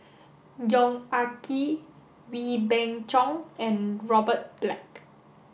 Yong Ah Kee Wee Beng Chong and Robert Black